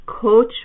coach